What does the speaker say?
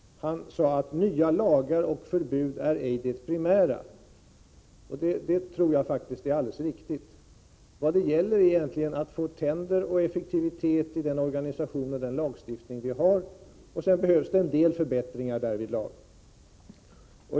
Han sade att nya lagar och förbud ej är det primära. Det tror jag faktiskt är alldeles riktigt. Vad det gäller är egentligen att få tänder och effektivitet i den organisation och den lagstiftning vi har. Sedan behövs det en del förbättringar därvidlag.